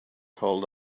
hold